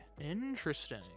Interesting